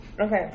Okay